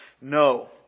no